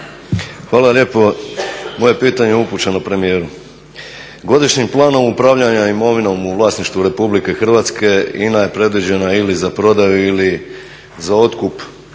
Hvala lijepo. Moje je pitanje upućeno premijeru. Godišnjim planom upravljanja imovinom u vlasništvu Republike Hrvatske INA je predviđena ili za prodaju ili za otkup,